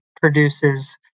produces